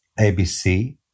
ABC